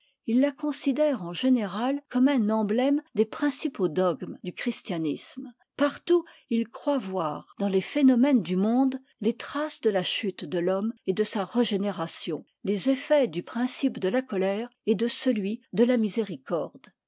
ii la considère en générât comme un emblème des principaux dogmes du christianisme partout croit voir dans les phénomènes du monde les traces de la chute de l'homme et de sa régénération les effets du principe de la colère et de celui de la miséricorde